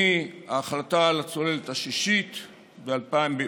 מההחלטה על הצוללת השישית ב-2000,